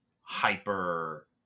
hyper